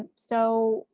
um so,